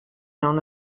known